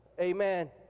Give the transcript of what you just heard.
Amen